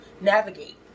navigate